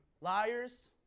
Liars